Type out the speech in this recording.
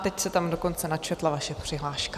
Teď se tam dokonce načetla vaše přihláška.